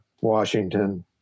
Washington